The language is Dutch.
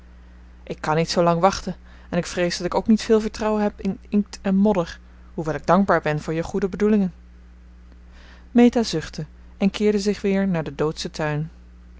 ik kan niet zoolang wachten en ik vrees dat ik ook niet veel vertrouwen heb in inkt en modder hoewel ik dankbaar ben voor je goede bedoelingen meta zuchtte en keerde zich weer naar den doodschen tuin